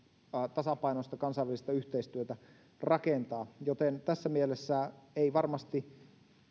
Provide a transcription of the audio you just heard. tasapainoista kansainvälistä yhteistyötä rakentaa tässä mielessä ei varmasti